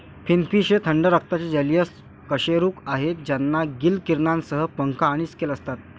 finfish हे थंड रक्ताचे जलीय कशेरुक आहेत ज्यांना गिल किरणांसह पंख आणि स्केल असतात